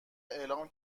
اعلام